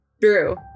Drew